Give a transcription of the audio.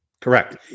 Correct